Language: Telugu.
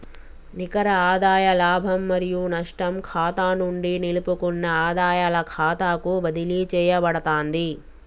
నికర ఆదాయ లాభం మరియు నష్టం ఖాతా నుండి నిలుపుకున్న ఆదాయాల ఖాతాకు బదిలీ చేయబడతాంది